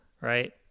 right